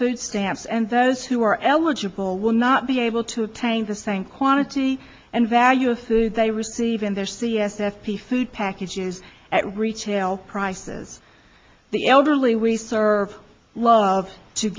those stamps and those who are eligible will not be able to attain the same quantity and value of food they receive in their c s f be food packages at retail prices the elderly we serve love to